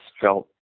felt